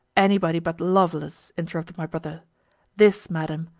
any body but lovelace! interrupted my brother this, madam,